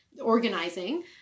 organizing